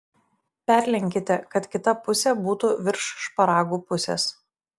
perlenkite kad kita pusė būtų virš šparagų pusės